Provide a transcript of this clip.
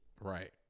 Right